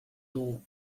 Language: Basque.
dugu